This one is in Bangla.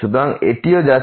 সুতরাং এটিও যাচ্ছে